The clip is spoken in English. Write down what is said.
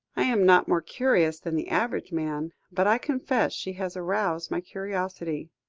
i am not more curious than the average man, but i confess she has aroused my curiosity.